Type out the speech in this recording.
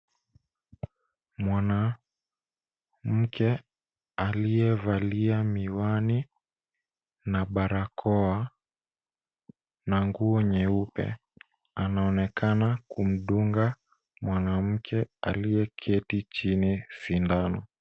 Mwanamke aliyevalia miwani na barakoa na nguo nyeupe anaonekana kumdunga mwanamke aliyeketi chini sindano.